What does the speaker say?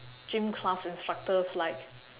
gym class instructors like